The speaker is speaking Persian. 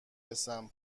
رسم